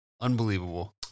unbelievable